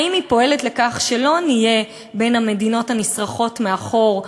האם היא פועלת לכך שלא נהיה בין המדינות הנשרכות מאחור,